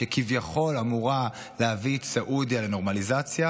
שכביכול אמורה להביא את סעודיה לנורמליזציה,